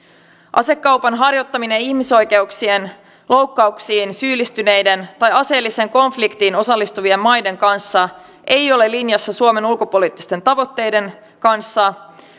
asekaupan harjoittaminen ihmisoikeuksien loukkauksiin syyllistyneiden tai aseelliseen konfliktiin osallistuvien maiden kanssa ei ole linjassa suomen ulkopoliittisten tavoitteiden kanssa